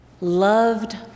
loved